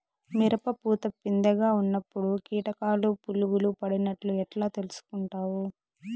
మిరప పూత పిందె గా ఉన్నప్పుడు కీటకాలు పులుగులు పడినట్లు ఎట్లా తెలుసుకుంటావు?